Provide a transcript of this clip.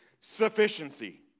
sufficiency